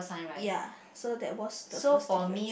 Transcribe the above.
ya so that was the first different